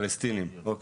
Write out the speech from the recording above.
פלסטינים, אוקיי,